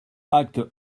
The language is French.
acte